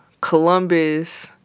columbus